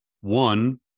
one